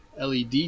led